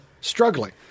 struggling